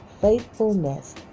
faithfulness